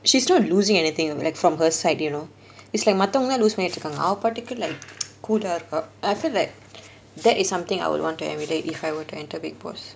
she's not losing anything you like from her side you know it's like மத்தவங்க தான்:mathavanga thaan lose ஆவ பாட்டுக்கு:aava paattukku cool ah இருக்க:irukka I feel like that is something I would want to emulate if I were to enter bigg boss